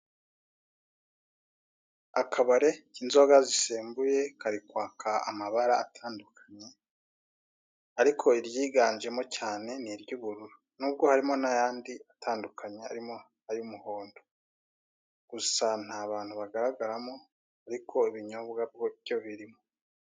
Akabare k'inzoga zisembuye, kari kwaka amabara atandukanye, ariko iryiganjemo cyane ni iry'ubururu. Nubwo harimo n'ayandi atandukanye, harimo ay'umuhondo. Gusa nta bantu bagaragaramo, ariko ibinyobwa byo birimo.